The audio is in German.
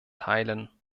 teilen